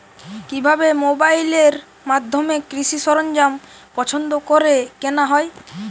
কিভাবে মোবাইলের মাধ্যমে কৃষি সরঞ্জাম পছন্দ করে কেনা হয়?